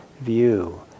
view